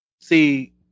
See